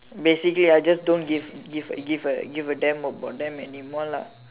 basically I just don't give give a give a damn about them anymore lah